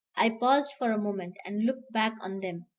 i paused for a moment, and looked back on them,